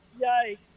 Yikes